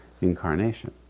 incarnation